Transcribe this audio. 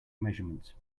measurements